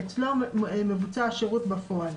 שאצלו מבוצע השירות בפועל,